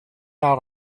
out